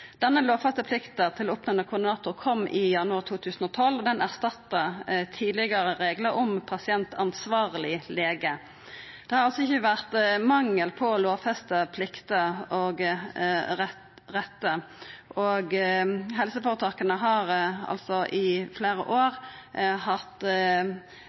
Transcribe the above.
Denne lovfesta plikta til å oppnemna koordinator kom i januar 2012, og ho erstatta tidlegare reglar om pasientansvarleg lege. Det har ikkje vore mangel på lovfesta plikter og rettar. Helseføretaka har i fleire år hatt